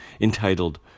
entitled